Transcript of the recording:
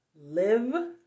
Live